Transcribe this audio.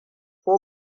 ko